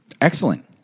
Excellent